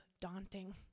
daunting